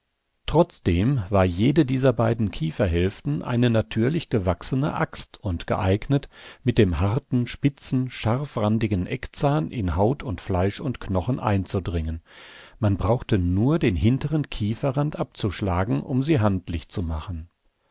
trotzdem war jede dieser beiden kieferhälften eine natürlich gewachsene axt und geeignet mit dem harten spitzen scharfrandigen eckzahn in haut und fleisch und knochen einzudringen man brauchte nur den hinteren kieferrand abzuschlagen um sie handlich zu machen